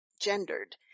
gendered